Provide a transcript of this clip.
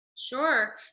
Sure